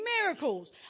miracles